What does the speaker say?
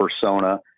persona